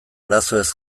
arazoez